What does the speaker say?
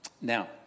Now